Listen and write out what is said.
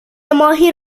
ماهی